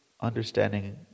understanding